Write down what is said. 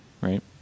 right